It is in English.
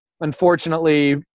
unfortunately